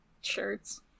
shirts